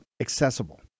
accessible